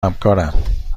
همکارم